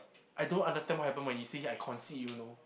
I don't understand what happen when he say I concede you know